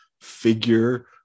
figure